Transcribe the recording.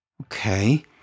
Okay